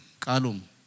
Kalum